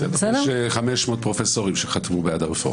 --- 500 פרופסורים שחתמו בעד הרפורמה.